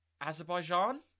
Azerbaijan